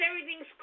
everything's